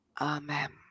Amen